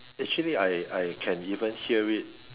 actually I I can even hear it